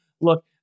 Look